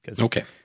okay